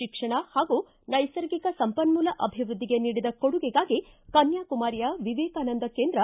ಶಿಕ್ಷಣ ಹಾಗೂ ನೈಸರ್ಗಿಕ ಸಂಪನ್ಮೂಲ ಅಭಿವೃದ್ಧಿಗೆ ನೀಡಿದ ಕೊಡುಗೆಗಾಗಿ ಕನ್ಯಾಕುಮಾರಿಯ ವಿವೇಕಾನಂದ ಕೇಂದ್ರ